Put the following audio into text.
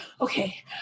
okay